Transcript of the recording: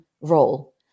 role